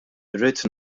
irrid